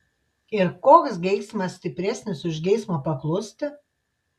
ir koks geismas stipresnis už geismą paklusti